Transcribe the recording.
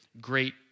great